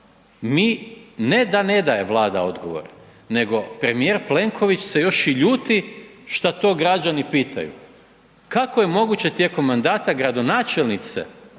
mi, ne da ne daje Vlada odgovor nego premijer Plenković se još i ljuti što to građani pitaju. Kako je moguće tijekom mandata gradonačelnice